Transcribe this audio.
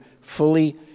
fully